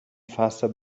faster